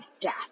death